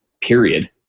period